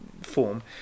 form